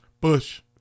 Bush